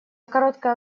короткое